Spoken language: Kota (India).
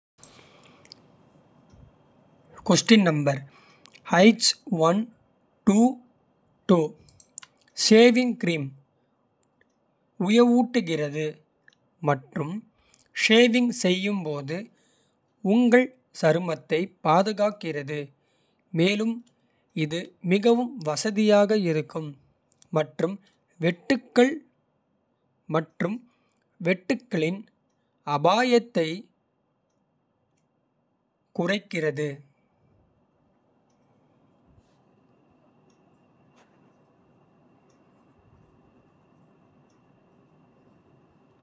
Shaving cream உயவூட்டுகிறது மற்றும் shaving. செய்யும் போது உங்கள் சருமத்தைப் பாதுகாக்கிறது. மேலும் இது மிகவும் வசதியாக இருக்கும் மற்றும். வெட்டுக்கள் மற்றும் வெட்டுக்களின் அபாயத்தைக் குறைக்கிறது.